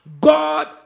God